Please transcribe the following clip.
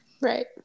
Right